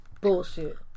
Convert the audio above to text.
Bullshit